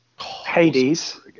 hades